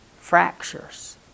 fractures